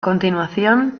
continuación